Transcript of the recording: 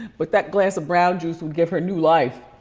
but that glass of brown juice would give her new life.